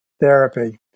Therapy